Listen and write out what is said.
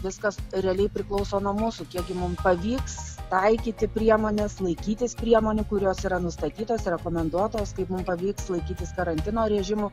viskas realiai priklauso nuo mūsų kiek gi mums pavyks taikyti priemones laikytis priemonių kurios yra nustatytos rekomenduotos kaip mum pavyks laikytis karantino režimo